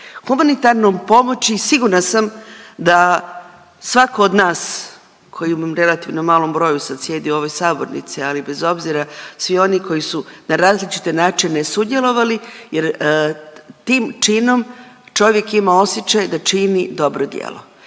Humanitarnom pomoći sigurna sam da svako od nas koji u relativno malom broju sad sjedi u ovoj sabornici, ali bez obzira svi oni koji su na različite načine sudjelovali jer tim činom čovjek ima osjećaj da čini dobro djelo.